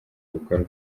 bikorwa